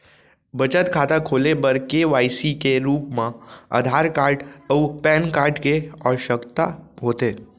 बचत खाता खोले बर के.वाइ.सी के रूप मा आधार कार्ड अऊ पैन कार्ड के आवसकता होथे